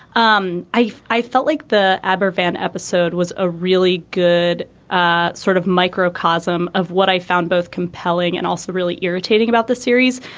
um i i felt like the aberfan episode was a really good ah sort of microcosm of what i found, both compelling and also really irritating about the series,